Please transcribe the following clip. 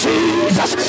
Jesus